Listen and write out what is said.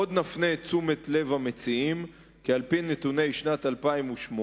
עוד נפנה את תשומת לב המציעים כי על-פי נתוני שנת 2008,